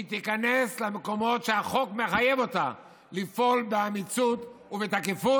שהיא תיכנס למקומות שהחוק מחייב אותה לפעול בהם באומץ ובתקיפות,